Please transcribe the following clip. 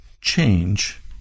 change